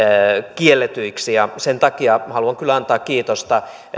kielletyiksi ja sen takia haluan kyllä antaa kiitosta